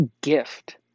gift